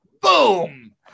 Boom